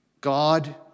God